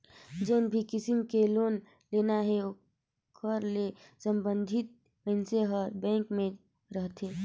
जेन भी किसम के लोन लेना हे ओकर ले संबंधित मइनसे हर बेंक में रहथे